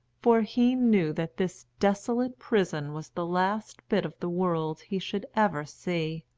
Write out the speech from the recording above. for he knew that this desolate prison was the last bit of the world he should ever see.